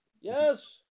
Yes